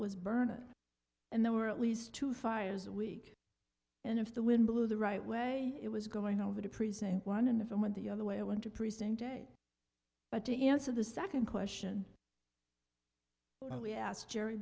was burn it and there were at least two fires a week and if the wind blew the right way it was going over to present one and if it went the other way it went to present day but to answer the second question we asked jerry